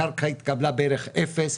הקרקע התקבלה בערך 0,